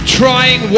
trying